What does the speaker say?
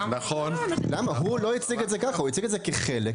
הוא לא הציג את זה ככה,